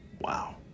Wow